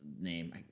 name